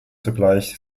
zugleich